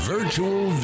Virtual